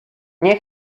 nie